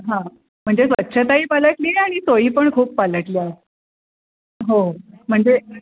हां म्हणजे स्वच्छताही पालटली आहे आणि सोयी पण खूप पालटल्या आहे हो म्हणजे